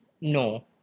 No